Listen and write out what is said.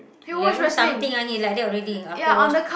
eleven something ah he like that already after wash